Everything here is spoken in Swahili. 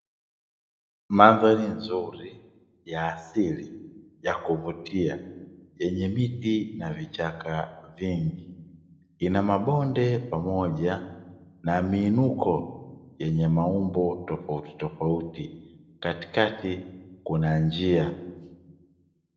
Mandhari nzuri ya asili, ya kuvutia yenye miti na vichaka vingi, ina mabonde pamoja na miinuko yenye maumbo tofautitofauti katikati kuna njia.